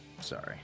Sorry